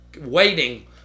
waiting